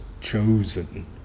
chosen